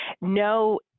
no